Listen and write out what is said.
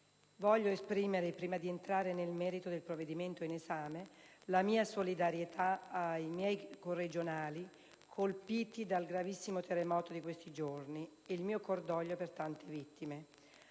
voglio esprimere, prima di entrare nel merito del provvedimento in esame, la mia solidarietà ai miei corregionali, colpiti dal gravissimo terremoto di questi giorni, e il mio cordoglio per le tante vittime.